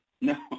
No